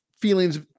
feelings